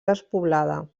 despoblada